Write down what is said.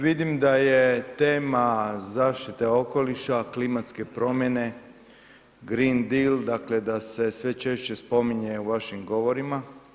Vidim da je tema zaštite okoliša, klimatske promjene, Green Deal, dakle, da se sve češće spominje u vašim govorima.